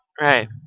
right